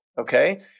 okay